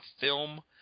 film